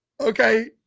okay